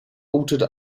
altered